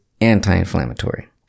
anti-inflammatory